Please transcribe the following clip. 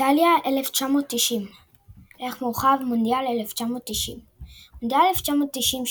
איטליה 1990 ערך מורחב – מונדיאל 1990 מונדיאל 1990,